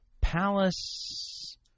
palace